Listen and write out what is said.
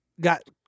got